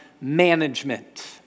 management